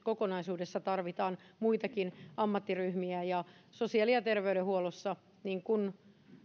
kokonaisuudessa tarvitaan muitakin ammattiryhmiä ja sosiaali ja terveydenhuollossa niin kuin